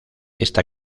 esta